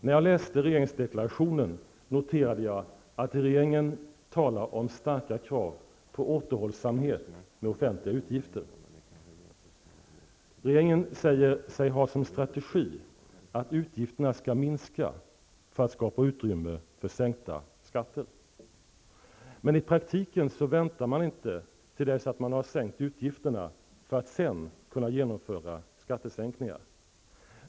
När jag läste regeringsdeklarationen noterade jag att regeringen talar om starka krav på återhållsamhet med offentliga utgifter. Regeringen säger sig ha som strategi att utgifterna skall minska för att utrymme skall skapas för sänkta skatter. Men i praktiken väntar man inte till dess man har sänkt utgifterna för att sedan kunna genomföra skattesänkningar.